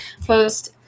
Post